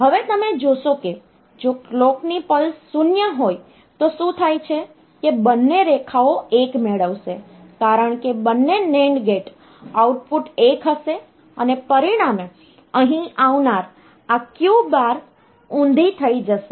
હવે તમે જોશો કે જો કલોકની પલ્સ 0 હોય તો શું થાય છે કે બંને રેખાઓ 1 મેળવશે કારણ કે બંને NAND ગેટ આઉટપુટ 1 હશે અને પરિણામે અહીં આવનાર આ Q બાર ઊંધી થઈ જશે અને તે Q તરીકે જ રહેશે